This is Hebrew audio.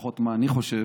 לפחות מה אני חושב,